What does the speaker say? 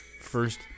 first